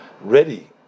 ready